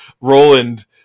Roland